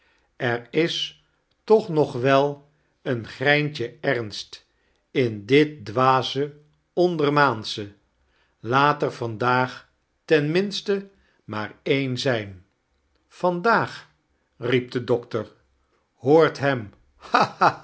er is toch nog wel een greintje ernst in dit dwaze ondeirmaansche laat er vandaag ten minste maar een zqbu vandaag riep de doctor hoort hem